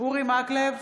אורי מקלב,